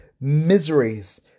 miseries